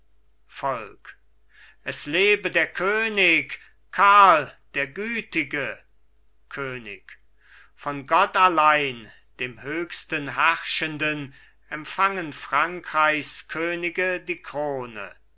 volk es lebe der könig karl der gütige könig von gott allein dem höchsten herrschenden empfangen frankreichs könige die krone